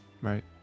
right